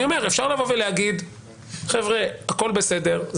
אני אומר שאפשר לבוא ולומר שהכול בסדר,